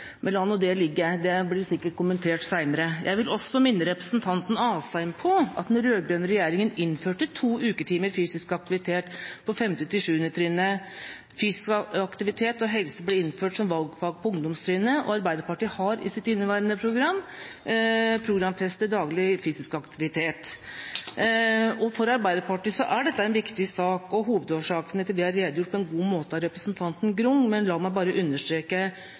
Men la nå det ligge. Det blir sikkert kommentert seinere. Jeg vil også minne representanten Asheim på at den rød-grønne regjeringa innførte to uketimer fysisk aktivitet for 5.–7. trinn. Fysisk aktivitet og helse ble innført som valgfag på ungdomstrinnet, og Arbeiderpartiet har i sitt inneværende program programfestet daglig fysisk aktivitet. For Arbeiderpartiet er dette en viktig sak. Hovedårsakene til det er redegjort for på en god måte av representanten Grung. La meg bare understreke: